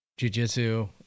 jujitsu